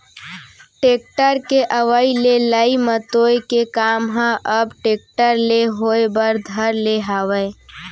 tractor के अवई ले लई मतोय के काम ह अब टेक्टर ले होय बर धर ले हावय